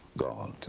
gone.